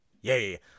Yay